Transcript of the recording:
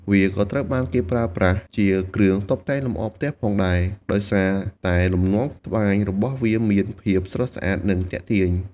វាក៏ត្រូវបានគេប្រើប្រាស់ជាគ្រឿងតុបតែងលម្អផ្ទះផងដែរ ដោយសារតែលំនាំត្បាញរបស់វាមានភាពស្រស់ស្អាតនិងទាក់ទាញ។